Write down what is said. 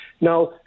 Now